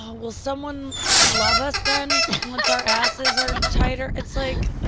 ah will someone love us then? once our asses are tighter? it's like,